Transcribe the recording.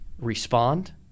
respond